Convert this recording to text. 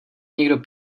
někdo